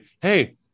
hey